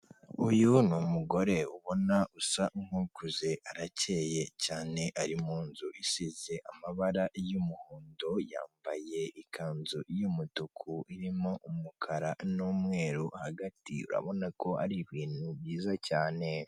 Uyu ni ni umugore ubona usa nk'ukuze, arakeyeye cyane, ari mu nzu isize amabara y'umuhondo, yambaye ikanzu y'umutuku irimo umukara n'umweru hagati, urabona ko ari ibintu byiza cyane.